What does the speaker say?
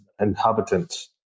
inhabitants